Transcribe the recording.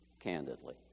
candidly